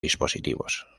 dispositivos